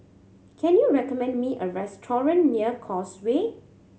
can you recommend me a restaurant near Causeway